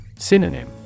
Synonym